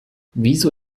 wieso